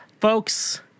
Folks